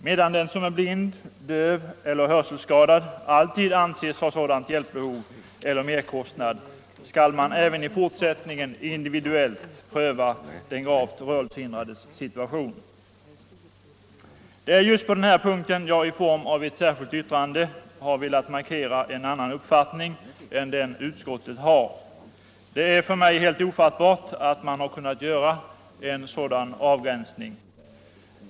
Medan den som är blind, döv eller hörselskadad alltid anses ha sådant hjälpbehov eller sådan merkostnad, skall man även i fortsättningen individuellt pröva den gravt rörelsehindrades situation. Det är just på denna punkt som jag i ett särskilt yttrande har velat markera en annan uppfattning än den som utskottet har. Det är för mig helt ofattbart att man har kunnat göra en sådan avgränsning.